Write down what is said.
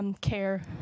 care